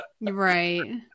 Right